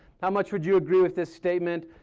how much would you agree with this statement?